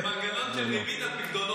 מנגנון של ריבית הפיקדונות.